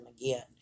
again